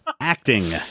acting